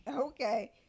Okay